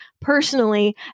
personally